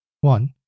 One